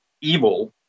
evil